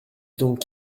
donc